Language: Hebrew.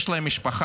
יש להם משפחה,